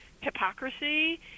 hypocrisy